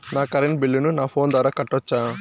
నా కరెంటు బిల్లును నా ఫోను ద్వారా కట్టొచ్చా?